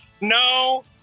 no